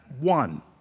one